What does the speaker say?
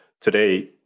today